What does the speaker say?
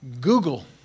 Google